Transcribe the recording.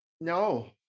no